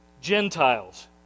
Gentiles